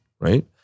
right